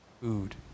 food